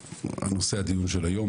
נושא הדיון של היום,